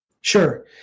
Sure